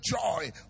joy